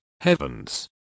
Heavens